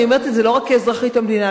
אני אומרת את זה לא רק כאזרחית המדינה,